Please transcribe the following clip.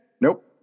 nope